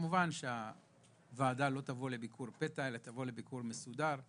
כמובן שהוועדה לא תבוא לביקור פתע אלא תבוא לביקור מסודר,